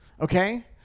Okay